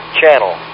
channel